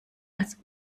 als